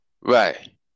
Right